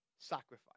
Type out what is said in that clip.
Sacrifice